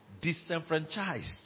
disenfranchised